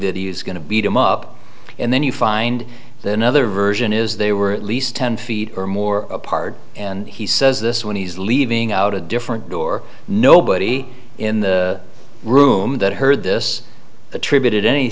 that he's going to beat him up and then you find that another version is they were at least ten feet or more apart and he says this when he's leaving out a different door nobody in the room that heard this attributed any